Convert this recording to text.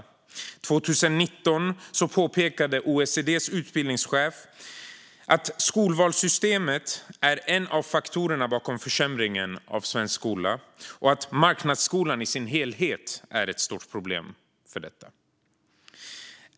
År 2019 påpekade OECD:s utbildningschef att skolvalssystemet är en av faktorerna bakom försämringen av svensk skola. Marknadsskolan i sin helhet är ett stort problem.